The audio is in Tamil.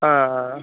ஆ ஆ